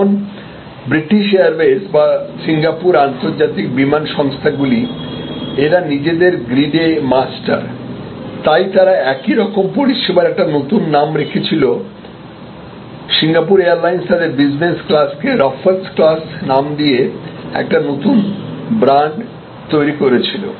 যেমন British Airways বা Singapore আন্তর্জাতিক বিমান সংস্থাগুলি এরা নিজেদের গ্রিডে মাস্টার তাই তারা একইরকম পরিষেবার একটা নতুন নাম রেখেছিল সিঙ্গাপুর এয়ারলাইন্স তাদের বিজনেস ক্লাস কে রাফলস ক্লাস নাম দিয়ে একটা নতুন ব্রান্ড তৈরি করেছিল